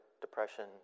depression